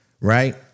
right